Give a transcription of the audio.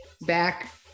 back